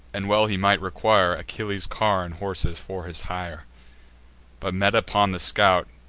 and well he might require achilles' car and horses, for his hire but, met upon the scout,